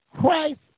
Christ